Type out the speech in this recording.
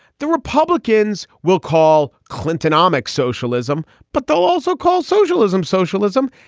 the republicans will call clintonomics socialism, but they'll also call socialism socialism.